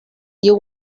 you